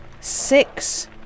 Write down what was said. six